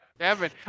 Kevin